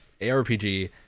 ARPG